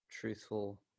truthful